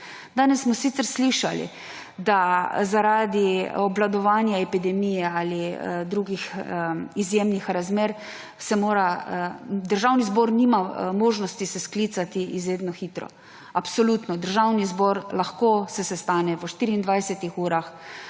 Danes smo sicer slišali, da zaradi obvladovanja epidemije ali drugih izjemnih razmer se državni zbor nima možnosti sklicati izredno hitro. Državni zbor se lahko sestane v 24 urah.